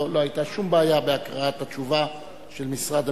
לא היתה שום בעיה בהקראת התשובה של משרד המשפטים,